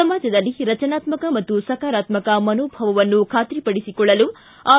ಸಮಾಜದಲ್ಲಿ ರಚನಾತ್ಮಕ ಮತ್ತು ಸಕಾರಾತ್ಮಕ ಮನೋಭಾವವನ್ನು ಖಾತ್ರಿಪಡಿಸಿಕೊಳ್ಳಲು ಆರ್